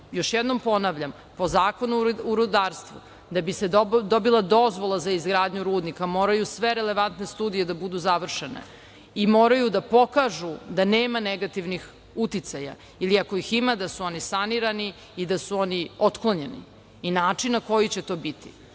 jednom ponavljam, po Zakonu o rudarstvu da bi se dobila dozvola za izgradnju rudnika moraju sve relevantne studije da budu završene i moraju da pokažu da nema negativnih uticaja i ako ih ima da su oni sanirani i da su oni otklonjeni i način na koji će to